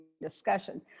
discussion